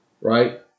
right